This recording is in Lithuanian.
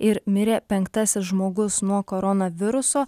ir mirė penktasis žmogus nuo koronaviruso